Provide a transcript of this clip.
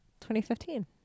2015